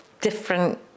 different